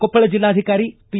ಕೊಪ್ಪಳ ಜಿಲ್ಲಾಧಿಕಾರಿ ಪಿ